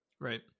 Right